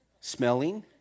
smelling